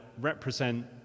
represent